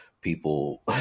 people